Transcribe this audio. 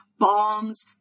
bombs